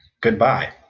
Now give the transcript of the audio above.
Goodbye